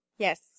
Yes